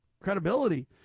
credibility